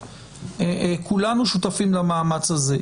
כולנו שותפים למאמץ הזה.